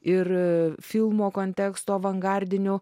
ir filmo konteksto avangardinių